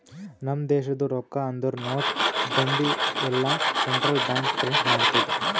ನಮ್ ದೇಶದು ರೊಕ್ಕಾ ಅಂದುರ್ ನೋಟ್, ಬಂದಿ ಎಲ್ಲಾ ಸೆಂಟ್ರಲ್ ಬ್ಯಾಂಕ್ ಪ್ರಿಂಟ್ ಮಾಡ್ತುದ್